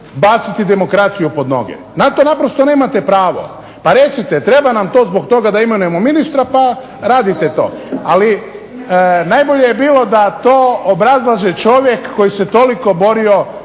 baciti demokraciju pod noge. Na to naprosto nemate pravo. Pa recite, treba nam to zbog toga da imenujemo ministra, pa radite to ali najbolje bi bilo da to obrazlaže čovjek koji se toliko borio